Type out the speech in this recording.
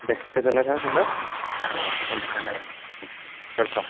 दे गोजोननाय थाबाय फंबाइ वेलकाम